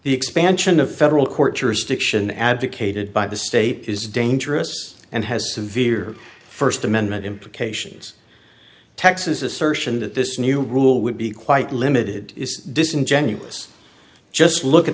the expansion of federal court jurisdiction advocated by the state is dangerous and has severe first amendment implications texas assertion that this new rule would be quite limited is disingenuous just look at